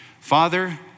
Father